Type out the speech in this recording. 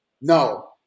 no